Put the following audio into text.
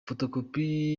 fotokopi